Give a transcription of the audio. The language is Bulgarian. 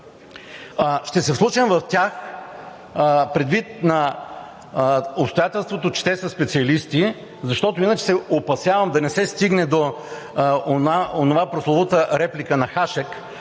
Ще се вслушам в тях предвид обстоятелството, че те са специалисти, защото иначе се опасявам да не се стигне до онази прословута реплика на Хашек: